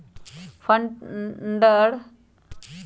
हमर fund transfer हमर खाता में वापस आ गेल